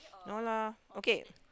no lah okay